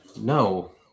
no